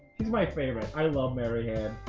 she's my favorite. i love mary ham.